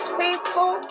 faithful